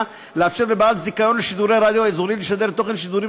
לאפשר לבעל זיכיון לשידורי רדיו אזורי לשדר תוכן שידורים